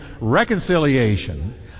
reconciliation